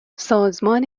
سازمان